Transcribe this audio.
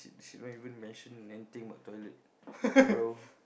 she never even anything mention anything but toilet bro